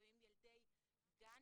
לפעמים ילדי גן,